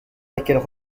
laquelle